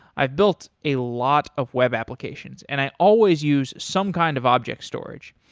i've built a lot of web applications and i always use some kind of object storage.